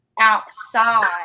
outside